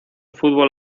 fútbol